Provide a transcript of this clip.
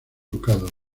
ducado